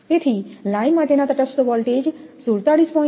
તેથી લાઇન માટેના તટસ્થ વોલ્ટેજ 47